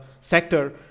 sector